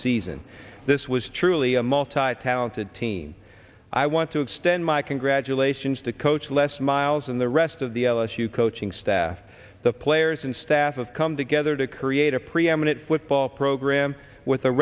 season this was truly a multi talented team i want to extend my congratulations to coach les miles and the rest of the ellis you coaching staff the players and staff of come together to create a preeminent football program with a